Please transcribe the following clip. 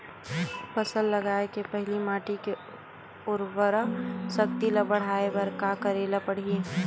फसल लगाय के पहिली माटी के उरवरा शक्ति ल बढ़ाय बर का करेला पढ़ही?